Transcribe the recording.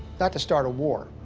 not to start a war.